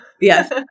Yes